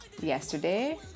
yesterday